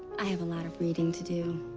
i have a lot of reading to do.